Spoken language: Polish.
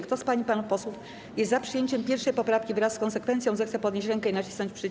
Kto z pań i panów posłów jest za przyjęciem 1. poprawki wraz z konsekwencją, zechce podnieść rękę i nacisnąć przycisk.